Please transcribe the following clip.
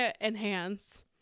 Enhance